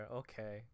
okay